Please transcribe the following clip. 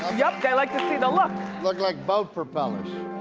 yup, they like to see the look. look like boat propellers.